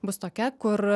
bus tokia kur